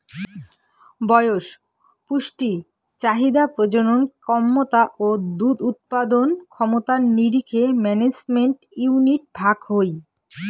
বয়স, পুষ্টি চাহিদা, প্রজনন ক্যমতা ও দুধ উৎপাদন ক্ষমতার নিরীখে ম্যানেজমেন্ট ইউনিট ভাগ হই